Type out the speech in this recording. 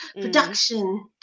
production